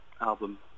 album